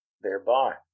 thereby